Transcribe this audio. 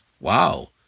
wow